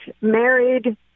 married